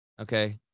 okay